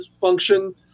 function